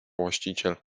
właściciel